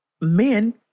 men